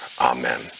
Amen